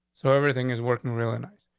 so everything is working really nice.